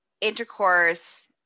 intercourse